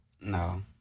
No